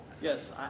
Yes